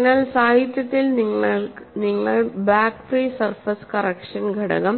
അതിനാൽ സാഹിത്യത്തിൽ നിങ്ങൾ ബാക്ക് ഫ്രീ സർഫേസ് കറക്ഷൻ ഘടകം